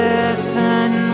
Listen